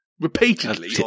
repeatedly